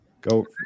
go